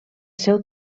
seu